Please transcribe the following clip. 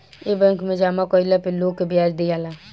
ए bank मे जामा कइला पे लोग के ब्याज दियाला